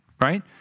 right